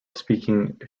speaking